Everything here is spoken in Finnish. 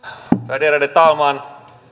värderade talman